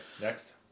next